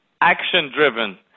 action-driven